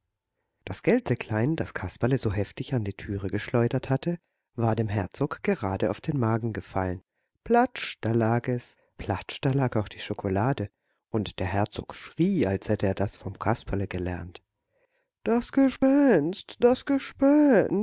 das geldsäcklein das kasperle so heftig an die türe geschleudert hatte war dem herzog gerade auf den magen gefallen platsch da lag es platsch da lag auch die schokolade und der herzog schrie als hätte er das vom kasperle gelernt das gespenst das gespenst